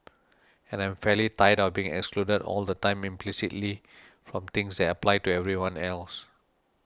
and I'm fairly tired of being excluded all the time implicitly from things that apply to everyone else